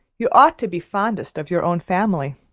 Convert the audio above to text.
you ought to be fondest of your own family.